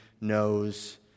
knows